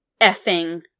effing